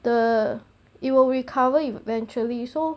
the it will recover eventually so